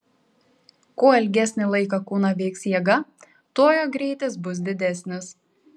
kuo ilgesnį laiką kūną veiks jėga tuo jo greitis bus didesnis